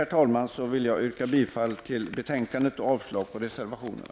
Med det anförda vill jag yrka bifall till utskottets hemställan och avslag på reservationerna.